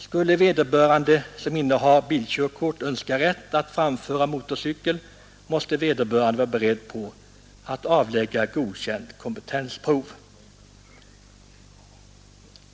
Skulle den som innehar bilkörkort önska rätt att framföra motorcykel måste han vara beredd på att avlägga kompetensprov.